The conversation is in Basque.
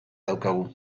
daukagu